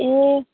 ए